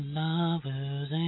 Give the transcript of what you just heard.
lovers